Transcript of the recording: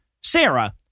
Sarah